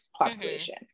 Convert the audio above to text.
population